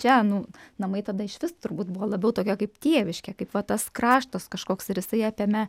čia nu namai tada išvis turbūt buvo labiau tokie kaip tėviškė kaip va tas kraštas kažkoks ir jis apėmė